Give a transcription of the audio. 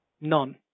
none